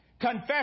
confess